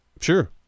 Sure